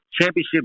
Championship